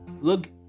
look